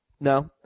No